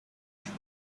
while